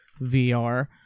VR